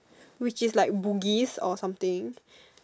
which is like Bugis or something